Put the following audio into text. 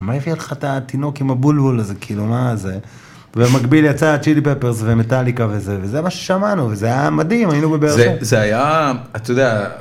מה הביא לך את התינוק עם הבולבול הזה כאילו מה זה במקביל יצאה צ'ילי פפרס ומטאליקה וזה וזה מה ששמענו. זה היה מדהים היינו